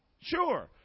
Sure